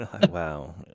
Wow